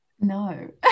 No